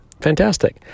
Fantastic